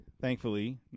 thankfully